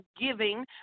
giving